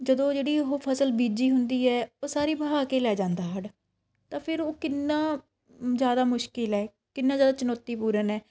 ਜਦੋਂ ਜਿਹੜੀ ਉਹ ਫਸਲ ਬੀਜੀ ਹੁੰਦੀ ਹੈ ਉਹ ਸਾਰੀ ਵਹਾ ਕੇ ਲੈ ਜਾਂਦਾ ਹੜ੍ਹ ਤਾਂ ਫਿਰ ਉਹ ਕਿੰਨਾ ਜ਼ਿਆਦਾ ਮੁਸ਼ਕਲ ਹੈ ਕਿੰਨਾ ਜ਼ਿਆਦਾ ਚੁਣੌਤੀ ਪੂਰਨ ਹੈ